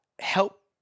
help